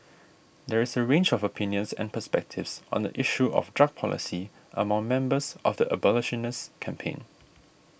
there is a range of opinions and perspectives on the issue of drug policy among members of the abolitionist campaign